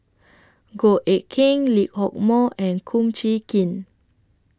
Goh Eck Kheng Lee Hock Moh and Kum Chee Kin